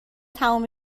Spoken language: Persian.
تمام